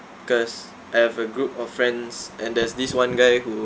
because I have a group of friends and there's this one guy who